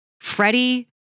Freddie